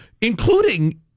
including